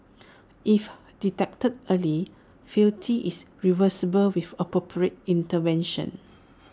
if detected early frailty is reversible with appropriate intervention